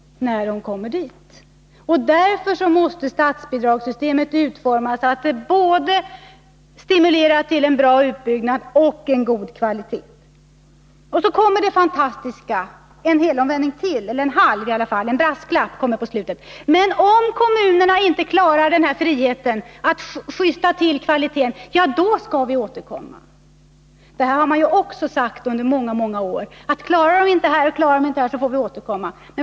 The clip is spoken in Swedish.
Därför måste statsbidragssystemet utformas så att det stimulerar till både en bra utbyggnad och en god kvalitet. Och så kommer det en brasklapp på slutet: ”Men om kommunerna inte klarar friheten att förbättra kvaliteten, då skall vi återkomma.” Under många år har man sagt detta: Klarar kommunerna inte detta så får vi återkomma.